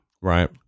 Right